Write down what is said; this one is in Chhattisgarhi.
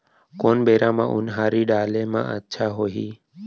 कोन बेरा म उनहारी डाले म अच्छा होही?